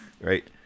right